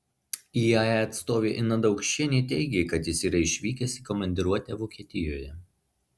iae atstovė ina daukšienė teigė kad jis yra išvykęs į komandiruotę vokietijoje